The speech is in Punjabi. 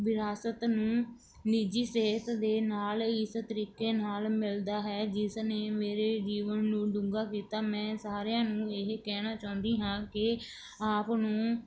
ਵਿਰਾਸਤ ਨੂੰ ਨਿੱਜੀ ਸਿਹਤ ਦੇ ਨਾਲ ਇਸ ਤਰੀਕੇ ਨਾਲ ਮਿਲਦਾ ਹੈ ਜਿਸ ਨੇ ਮੇਰੇ ਜੀਵਨ ਨੂੰ ਡੂੰਘਾ ਕੀਤਾ ਮੈਂ ਸਾਰਿਆਂ ਨੂੰ ਇਹ ਕਹਿਣਾ ਚਾਹੁੰਦੀ ਹਾਂ ਕਿ ਆਪ ਨੂੰ